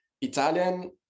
Italian